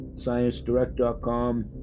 sciencedirect.com